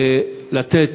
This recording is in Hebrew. לתת